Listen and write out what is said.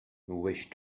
wish